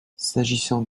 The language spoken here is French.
s’agissant